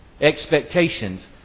expectations